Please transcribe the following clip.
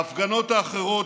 ההפגנות האחרות,